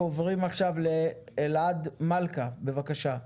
אנחנו עוברים עכשיו לאלעד מלכא, בבקשה.